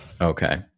Okay